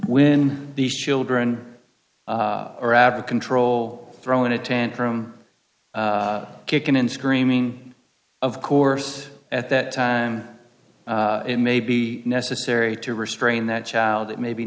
when these children are avid control throwing a tantrum kicking and screaming of course at that time it may be necessary to restrain that child it may be